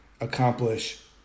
accomplish